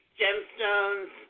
gemstones